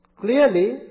clearly